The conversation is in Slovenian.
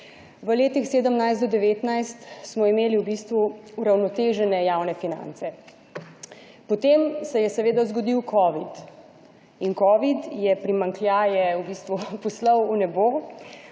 V letih 2017-2019 smo imeli v bistvu uravnotežene javne finance, potem se je seveda zgodil covid in covid je primanjkljaje v bistvu poslal v nebo,